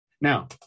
Now